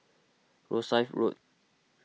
Rosyth Road